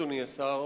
אדוני השר,